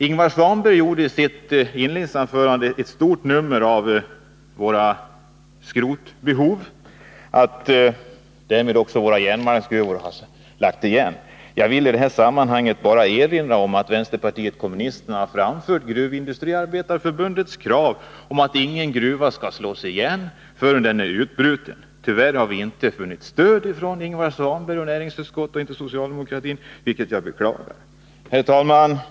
Ingvar Svanberg gjorde i sitt inledningsanförande ett stort nummer av vårt behov av skrot och att samtidigt brytningen vid våra järnmalmsgruvor har lagts ner. Jag vill i det sammanhanget bara erinra om att vänsterpartiet kommunisterna har framfört Gruvindustriarbetareförbundets krav på att ingen gruva skall slås igen förrän den är utbruten. Tyvärr har vi inte vunnit stöd för det kravet från Ingvar Svanberg och socialdemokratin eller från näringsutskottet. Jag beklagar detta. Herr talman!